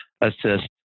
assist